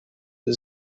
his